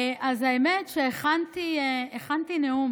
אז האמת שהכנתי נאום